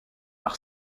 par